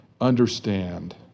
understand